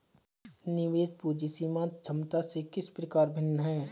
निवेश पूंजी सीमांत क्षमता से किस प्रकार भिन्न है?